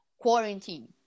quarantine